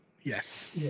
Yes